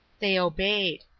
they obeyed.